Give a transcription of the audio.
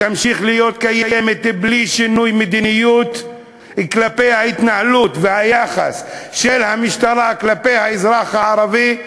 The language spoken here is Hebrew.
בלי שינוי מדיניות כלפי ההתנהלות והיחס של המשטרה כלפי האזרח הערבי,